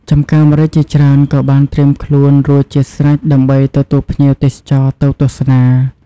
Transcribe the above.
ចម្ការម្រេចជាច្រើនក៏បានត្រៀមខ្លួនរួចជាស្រេចដើម្បីទទួលភ្ញៀវទេសចរទៅទស្សនា។